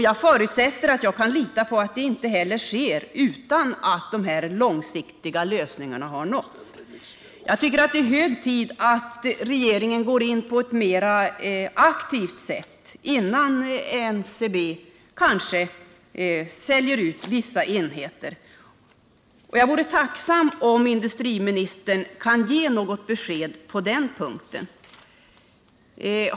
Jag förutsätter att jag kan lita på att så inte heller sker innan dessa långsiktiga lösningar har nåtts. Det är hög tid att regeringen går in på ett mer aktivt sätt, innan NCB kanske säljer ut vissa enheter. Jag vore tacksam om industriministern kunde ge ett besked på den punkten.